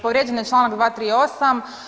Povrijeđen je članak 238.